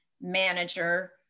manager